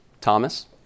Thomas